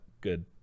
good